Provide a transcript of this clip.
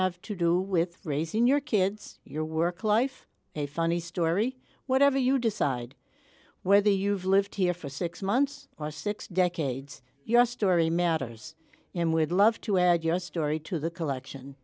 have to do with raising your kids your work life a funny story whatever you decide whether you've lived here for six months or six decades your story matters and we'd love to add your story to the collection